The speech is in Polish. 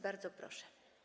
Bardzo proszę.